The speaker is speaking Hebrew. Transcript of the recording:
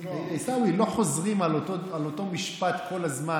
זה לא, עיסאווי, לא חוזרים על אותו משפט כל הזמן.